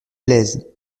plaisent